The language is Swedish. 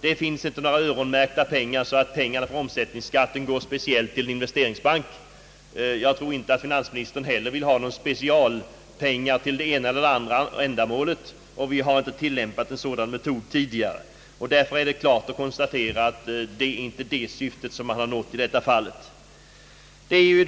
Det finns inga pengar som är öronmärkta på det sättet, att de medel som kommer från omsättningsskatten skulle gå speciellt till investeringsbanken. Jag tror inte heller att finansministern vill ha specialpengar till det ena eller andra ändamålet. Vi har inte tillämpat någon sådan metod tidigare. Det är också uppenbart att det inte är det syftet som man här haft.